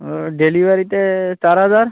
ও ডেলিভারিতে চার হাজার